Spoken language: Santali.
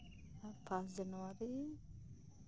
ᱯᱷᱟᱥ ᱡᱟᱱᱩᱣᱟᱨᱤ